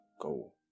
go